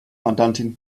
mandantin